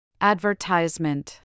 Advertisement